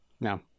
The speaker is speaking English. no